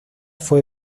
fue